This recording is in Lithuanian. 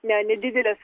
ne nedidelis